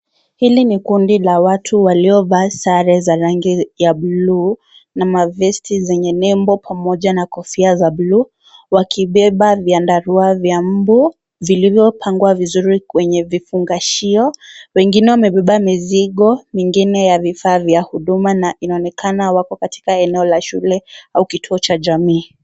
Hili ni kundi la watu waliovaa sare ya rangi ya bluu na mavesti yenye nembo pamoja na Kofia za bluu, wakibeba vyandarua ya nyuma ya mbu vilivyopangwa vizuri kwenye vifungashio. Wengine wamebeba mizigo, wengine ya vifaa vya Huduma na inaonekana wako pamojakagjna. Kituo vcba shule au kituo cha jamii.